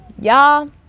Y'all